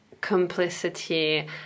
complicity